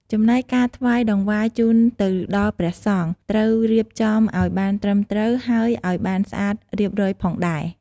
ចំណែកការការថ្វាយតង្វាយជូនទៅដល់ព្រះសង្ឃត្រូវរៀបចំអោយបានត្រឺមត្រូវហើយអោយានស្អាតរៀបរយផងដែរ។